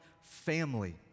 family